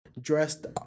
dressed